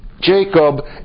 Jacob